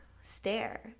stare